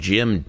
Jim